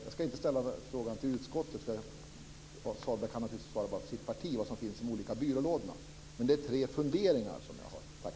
Jag ska inte ställa frågan till utskottet, för Sahlberg kan naturligtvis bara svara för sitt parti när det gäller vad som finns i de olika byrålådorna. Det är tre funderingar som jag har.